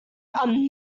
are